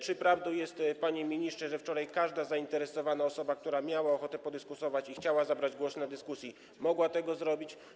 Czy prawdą jest, panie ministrze, że wczoraj każda zainteresowana osoba, która miała ochotę podyskutować i chciała zabrać głos podczas dyskusji, mogła to zrobić?